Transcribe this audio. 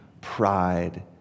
pride